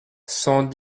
cent